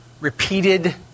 repeated